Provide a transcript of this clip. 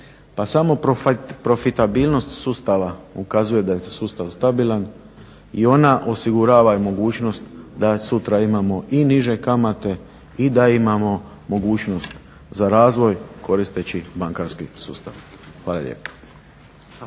pa samo profitabilnost sustava ukazuje da je sustav stabilan i ona osigurava mogućnost da sutra imamo i niže kamate i da imamo mogućnost za razvoj koristeći bankarski sustav. Hvala lijepa.